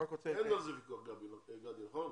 אין על זה ויכוח, גדי, נכון?